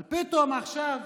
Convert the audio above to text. אבל פתאום עכשיו